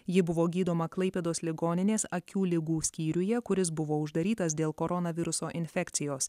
ji buvo gydoma klaipėdos ligoninės akių ligų skyriuje kuris buvo uždarytas dėl koronaviruso infekcijos